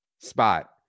spot